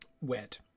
Wet